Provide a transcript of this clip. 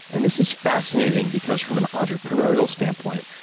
and this is fascinating, because from an entrepreneurial standpoint,